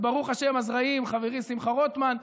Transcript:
אז ברוך השם הזרעים, חברי שמחה רוטמן,